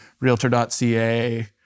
Realtor.ca